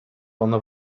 ono